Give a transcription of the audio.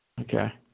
Okay